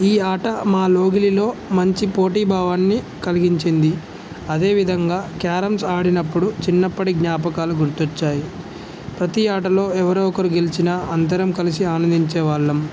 ఈ ఆట మా లోగిలిలో మంచి పోటీ భావాన్ని కలిగించింది అదేవిధంగా క్యారమ్స్ ఆడినప్పుడు చిన్నప్పటి జ్ఞాపకాలు గుర్తొచ్చాయి ప్రతి ఆటలో ఎవరో ఒకరు గెలిచినా అందరం కలిసి ఆనందించేవాళ్ళం